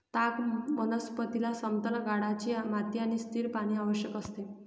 ताग वनस्पतीला समतल गाळाची माती आणि स्थिर पाणी आवश्यक असते